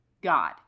god